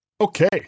Okay